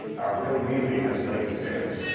our bill neely has late details.